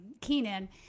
Keenan